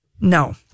no